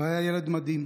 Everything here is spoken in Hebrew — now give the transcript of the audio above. הוא היה ילד מדהים,